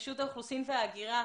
רשות האוכלוסין וההגירה.